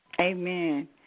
Amen